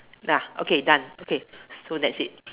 ya okay done okay so that's it